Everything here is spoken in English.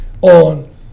on